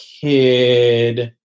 kid